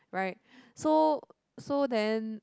right so so then